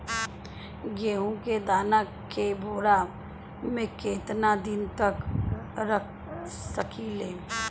गेहूं के दाना के बोरा में केतना दिन तक रख सकिले?